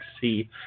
see